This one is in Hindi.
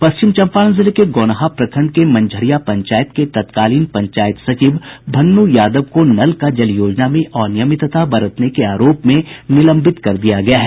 पश्चिम चंपारण जिले के गौनाहा प्रखंड के मंझरिया पंचायत के तत्कालीन पंचायत सचिव भन्नु यादव को नल का जल योजना में अनियमितता बरतने के आरोप में निलंबित कर दिया गया है